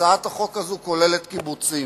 הצעת החוק הזאת כוללת קיבוצים.